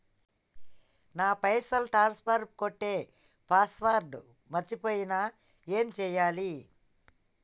నా పైసల్ ట్రాన్స్ఫర్ కొట్టే పాస్వర్డ్ మర్చిపోయిన ఏం చేయాలి?